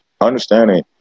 understanding